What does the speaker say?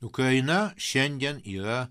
ukraina šiandien yra